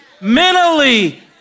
mentally